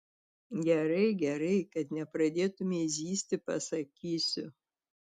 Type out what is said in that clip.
gerai gerai kad nepradėtumei zyzti pasakysiu